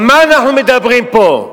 על מה אנחנו מדברים פה?